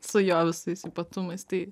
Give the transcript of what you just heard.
su jo visais ypatumais tai